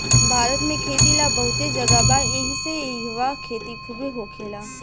भारत में खेती ला बहुते जगह बा एहिसे इहवा खेती खुबे होखेला